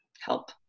help